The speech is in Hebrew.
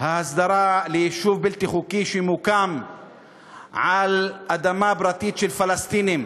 ההסדרה ליישוב בלתי חוקי שמוקם על אדמה פרטית של פלסטינים,